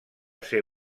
ser